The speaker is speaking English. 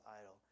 idol